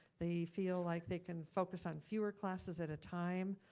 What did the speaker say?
they feel like they can focus on fewer classes at a time,